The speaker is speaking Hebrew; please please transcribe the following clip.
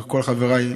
מכל חבריי,